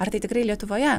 ar tai tikrai lietuvoje